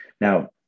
Now